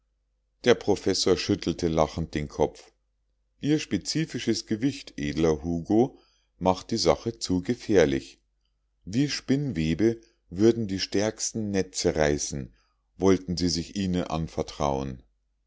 der professor schüttelte lachend den kopf ihr spezifisches gewicht edler hugo macht die sache zu gefährlich wie spinnwebe würden die stärksten netze reißen wollten sie sich ihnen anvertrauen